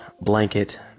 blanket